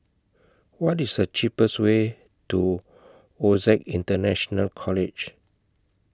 What IS The cheapest Way to OSAC International College